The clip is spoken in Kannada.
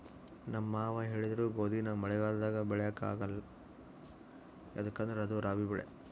ನಮ್ ಮಾವ ಹೇಳಿದ್ರು ಗೋದಿನ ಮಳೆಗಾಲದಾಗ ಬೆಳ್ಯಾಕ ಆಗ್ಕಲ್ಲ ಯದುಕಂದ್ರ ಅದು ರಾಬಿ ಬೆಳೆ